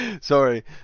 Sorry